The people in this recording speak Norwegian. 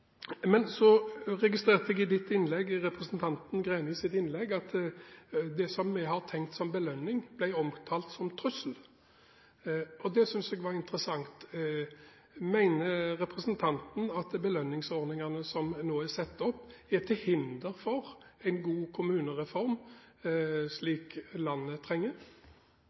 Men så registrerte jeg i representanten Grenis innlegg at det som vi har tenkt som belønning, ble omtalt som «trussel», og det synes jeg var interessant. Mener representanten at belønningsordningene som nå er satt opp, er til hinder for en god kommunereform, slik landet trenger?